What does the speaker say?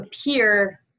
appear